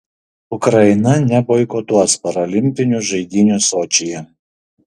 ukraina neboikotuos parolimpinių žaidynių sočyje